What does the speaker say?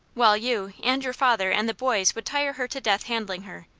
while you, and your father, and the boys would tire her to death handling her.